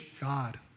God